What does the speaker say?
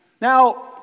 Now